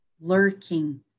lurking